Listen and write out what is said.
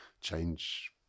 change